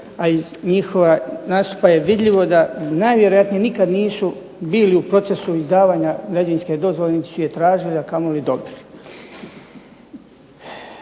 a iz njihova nastupa je vidljivo da najvjerojatnije nikada nisu bilu u procesu izdavanja građevinske dozvole, niti su je tražili a kamoli dobili.